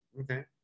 Okay